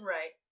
Right